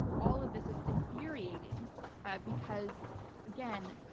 all of this is infuriating because again,